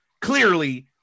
clearly